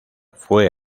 fue